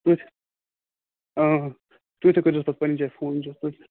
تُہۍ تہِ ٲں تُہۍ تہِ کٔرۍ زیٚوس پَتہٕ پَننہِ جاے فون ؤنۍ زِیٚوس تُہۍ تہِ